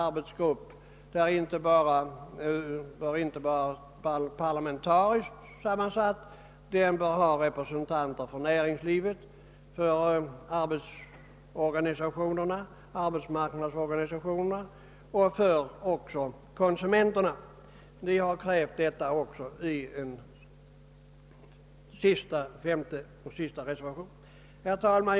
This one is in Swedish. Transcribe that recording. Den bör bestå inte bara av parlamentariker utan även av representanter för näringslivet, för arbetsmarknadsorganisationerna och även för konsumenterna. Vi har ställt också detta krav i reservationen 5. Herr talman!